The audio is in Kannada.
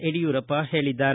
ಯಡಿಯೂರಪ್ಪ ಹೇಳಿದ್ದಾರೆ